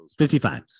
55